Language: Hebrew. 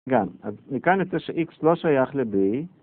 גם, אז מכאן את זה ש-x לא שייך ל-b.